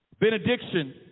Benediction